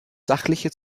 sachliche